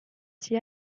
s’y